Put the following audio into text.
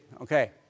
Okay